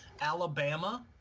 Alabama